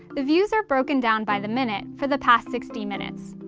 the views are broken down by the minute for the past sixty minutes.